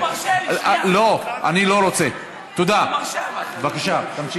הוא מרשה לי, הוא מרשה לי, שנייה.